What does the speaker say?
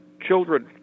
children